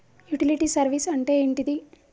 Utility service అంటే ఏంటిది?